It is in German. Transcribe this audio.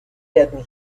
werden